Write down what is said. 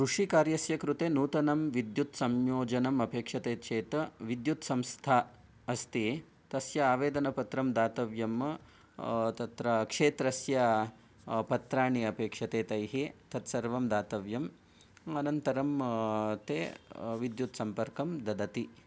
कृषिकार्यस्य कृते नूतनं विद्युत्संयोजनम् अपेक्षते चेत् विद्युत् स्ंस्था अस्ति तस्य आवेदनपत्रम् दातव्यम् तत्र क्षेत्रस्य पत्राणि अपेक्षते तैः तत्सर्वं दातव्यम् अनन्तरं ते विद्युत्सम्पर्कं ददति